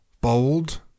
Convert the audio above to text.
bold